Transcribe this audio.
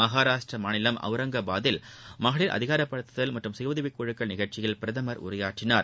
மகாராஷட்ரா மாநிலம் ஒளரங்காபாதில் மகளிர் அதிகாரப்படுத்துதல் மற்றும் கயஉதவிக் குழுக்கள் நிகழ்ச்சியில் பிரதமர் உரையாற்றினார்